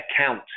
account